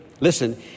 Listen